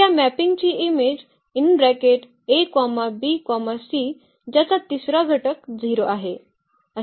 तर या मॅपिंगची इमेज ज्याचा तिसरा घटक 0 आहे